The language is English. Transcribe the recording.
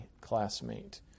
classmate